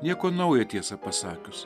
nieko nauja tiesą pasakius